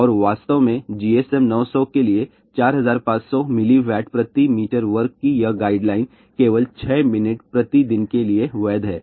और वास्तव में GSM 900 के लिए 4500 मिली वाट प्रति मीटर वर्ग की यह गाइडलाइन केवल 6 मिनट प्रति दिन के लिए वैध है